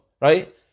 right